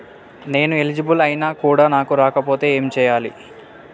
నేను ఎలిజిబుల్ ఐనా కూడా నాకు రాకపోతే ఏం చేయాలి?